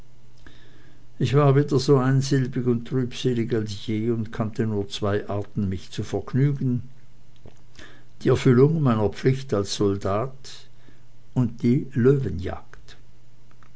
ich war wieder so einsilbig und trübselig als je und kannte nur zwei arten mich zu vergnügen die erfüllung meiner pflicht als soldat und die löwenjagd